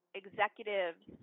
executives